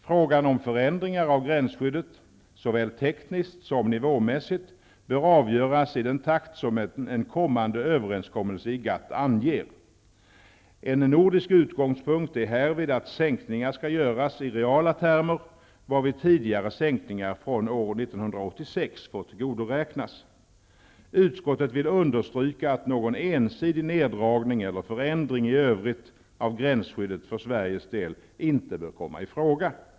Frågan om förändringar av gränsskyddet, såväl tekniskt som nivåmässigt, bör avgöras i den takt som en kommande överenskommelse i GATT anger. En nordisk utgångspunkt är härvid att sänkningar skall göras i reala termer, varvid tidigare sänkningar från år 1986 får tillgodoräknas. Utskottet vill understryka att någon ensidig neddragning eller förändring i övrigt av gränsskyddet för Sveriges del inte bör komma i fråga.''